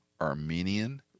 Armenian